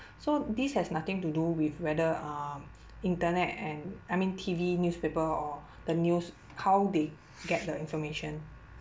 so this has nothing to do with whether um internet and I mean T_V newspaper or the news how they get the information